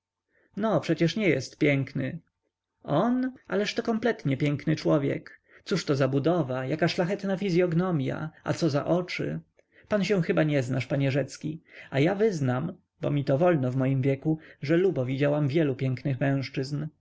no przecież nie jest piękny on ależ on kompletnie piękny człowiek cóżto za budowa jaka szlachetna fizyognomia a co za oczy pan się chyba nie znasz panie rzecki a ja wyznam bo mi to wolno w moim wieku że lubo widziałam wielu pięknych mężczyzn